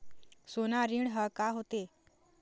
सोना ऋण हा का होते?